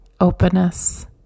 openness